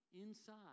inside